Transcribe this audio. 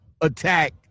attack